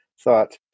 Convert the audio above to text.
thought